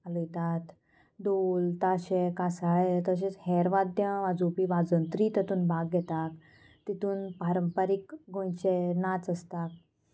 हालयतात ढोल ताशे कासाळें तशेंच हेर वाद्यां वाजोवपी वाजंत्री तातूंत भाग घेतात तितून पारंपारीक गोंयचे नाच आसता